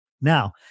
Now